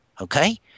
okay